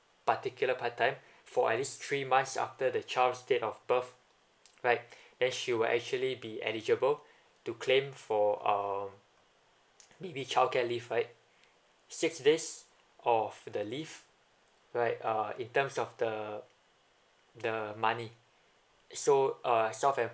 particular part time for at least three months after the child's date of birth right then she will actually be eligible to claim for um baby childcare leave right six days or for the leave right uh in terms of the the money so self employed